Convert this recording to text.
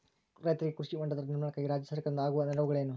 ರೈತರಿಗೆ ಕೃಷಿ ಹೊಂಡದ ನಿರ್ಮಾಣಕ್ಕಾಗಿ ರಾಜ್ಯ ಸರ್ಕಾರದಿಂದ ಆಗುವ ನೆರವುಗಳೇನು?